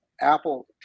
Apple